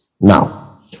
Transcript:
now